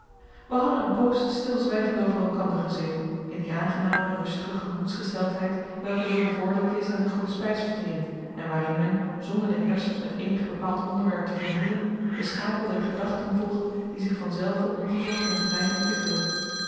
wij hadden een poos stilzwijgend over elkander gezeten in die aangename rustige gemoedsgesteldheid welke zoo bevorderlijk is aan de goede spijsvertering en waarin men zonder de hersens met eenig bepaald onderwerp te vermoeien de schakel der gedachten volgt die zich van zelve ongezocht in het brein ontwikkelen